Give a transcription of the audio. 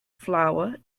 flour